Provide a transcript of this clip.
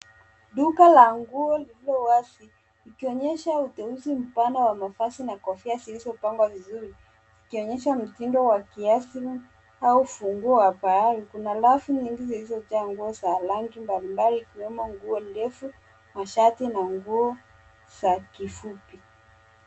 Duka la nguo lililo wazi, likionyesha uteuzi mpana wa mavazi na kofia zilizopangwa vizuri ikionyesha mtindo wa kiasi au nguo ya pahali. Kuna rafu nyingi zilizojaa nguo za rangi mbalimbali ikiwemo nguo ndefu, mashati na nguo za kifupi.